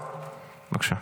אינה נוכחת,